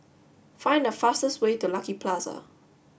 find the fastest way to Lucky Plaza